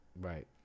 Right